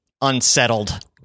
unsettled